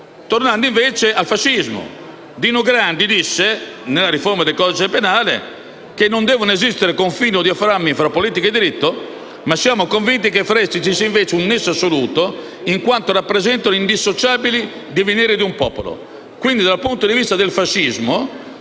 modo al fascismo: Dino Grandi disse, in occasione della riforma del codice penale, che non devono esistere «confini o diaframmi tra politica e diritto, ma siamo convinti che fra essi vi sia invece un nesso assoluto in quanto rappresentano fasi indissociabili nel divenire di un popolo». Quindi, dal punto di vista del fascismo,